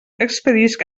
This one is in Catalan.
expedisc